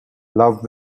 love